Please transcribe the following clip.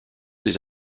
des